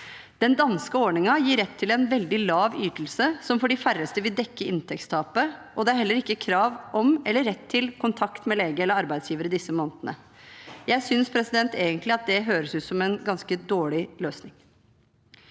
Den danske ordningen gir rett til en veldig lav ytelse, som for de færreste vil dekke inn tektstapet, og det er heller ikke krav om eller rett til kontakt med lege eller arbeidsgiver i disse månedene. Jeg synes egentlig det høres ut som en ganske dårlig løsning.